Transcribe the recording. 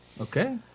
Okay